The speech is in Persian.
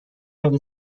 اگه